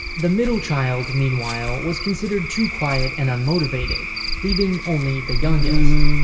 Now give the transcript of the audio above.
the middle child, meanwhile, was considered too quiet and unmotivated, leaving only the youngest.